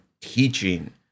teaching